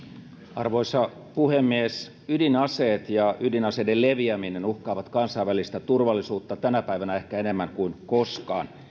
arvoisa puhemies ydinaseet ja ydinaseiden leviäminen uhkaavat kansainvälistä turvallisuutta tänä päivänä ehkä enemmän kuin koskaan